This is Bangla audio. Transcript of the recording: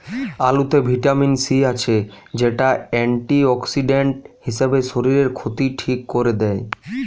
আলুতে ভিটামিন সি আছে, যেটা অ্যান্টিঅক্সিডেন্ট হিসাবে শরীরের ক্ষতি ঠিক কোরে দেয়